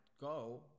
go